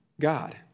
God